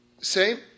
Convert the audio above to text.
say